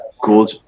good